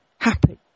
happy